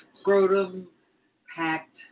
scrotum-packed